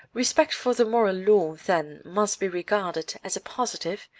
respect for the moral law then must be regarded as a positive,